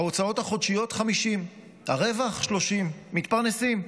ההוצאות החודשיות 50,000, הרווח 30,000. מתפרנסים.